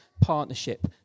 partnership